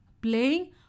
playing